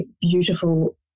beautiful